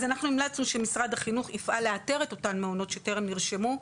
אז אנחנו המלצנו שמשרד החינוך יפעל לאתר את אותם מעונות שטרם נרשמו,